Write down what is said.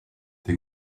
des